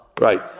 Right